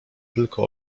tylko